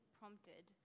prompted